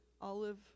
Olive